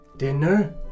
Dinner